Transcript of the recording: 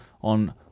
on